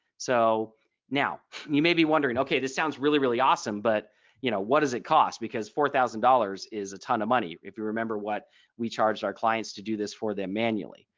so now and you may be wondering ok this sounds really, really awesome but you know what does it cost. because four thousand dollars is a ton of money. if you remember what we charged our clients to do this for them manually.